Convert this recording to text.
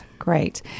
Great